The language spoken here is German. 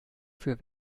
für